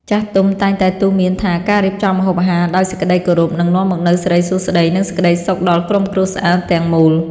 ចាស់ទុំតែងតែទូន្មានថាការរៀបចំម្ហូបអាហារដោយសេចក្តីគោរពនឹងនាំមកនូវសិរីសួស្តី និងសេចក្តីសុខដល់ក្រុមគ្រួសារទាំងមូល។